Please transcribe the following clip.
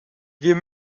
wir